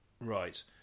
Right